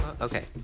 Okay